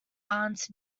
aunt